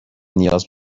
نیاز